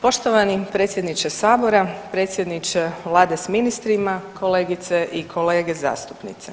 Poštovani predsjedniče sabora, predsjedniče vlade s ministrima, kolegice i kolege zastupnice,